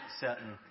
certain